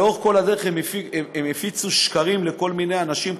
לאורך כל הדרך הם הפיצו שקרים לכל מיני אנשים,